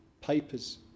papers